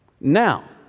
Now